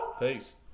Peace